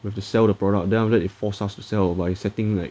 have to sell the product then after that they force us to sell by setting like